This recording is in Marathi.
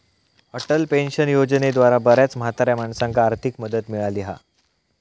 अटल पेंशन योजनेद्वारा बऱ्याच म्हाताऱ्या माणसांका आर्थिक मदत मिळाली हा